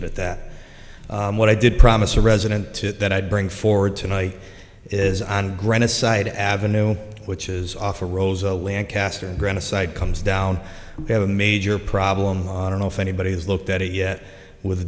it at that what i did promise a resident to that i'd bring forward tonight is on granite side avenue which is offer rosa lancaster grana side comes down they have a major problem don't know if anybody has looked at it yet with the